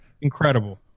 Incredible